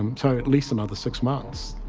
um so at least another six months.